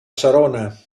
serona